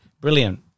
Brilliant